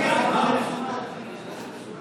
מדובר במבריחי סמים בביר הדאג'.